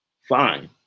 fine